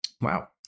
Wow